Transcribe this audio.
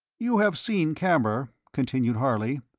you have seen camber, continued harley,